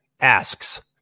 asks